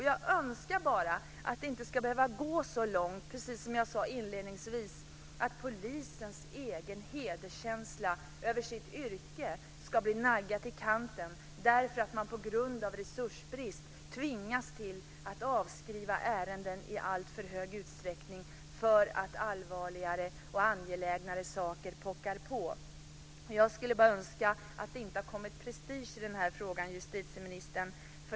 Jag önskar bara att det inte ska behöva gå så långt, som jag sade inledningsvis, att polisens egen hederskänsla inför sitt yrke ska bli naggad i kanten därför att man på grund av resursbrist tvingas avskriva ärenden i alltför stor utsträckning då allvarligare och mer angelägna saker pockar på. Jag skulle önska att det inte hade kommit prestige i den här frågan, justitieministern.